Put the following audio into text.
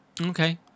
Okay